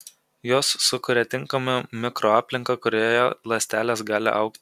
jos sukuria tinkamą mikroaplinką kurioje ląstelės gali augti